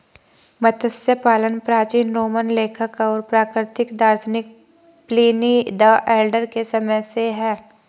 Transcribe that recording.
मत्स्य पालन प्राचीन रोमन लेखक और प्राकृतिक दार्शनिक प्लिनी द एल्डर के समय से है